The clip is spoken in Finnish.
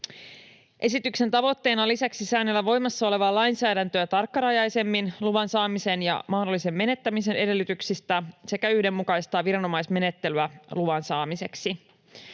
Esityksen tavoitteena on lisäksi säännellä voimassa olevaa lainsäädäntöä tarkkarajaisemmin luvan saamisen ja mahdollisen menettämisen edellytyksistä sekä yhdenmukaistaa viranomaismenettelyä luvan saamiseksi.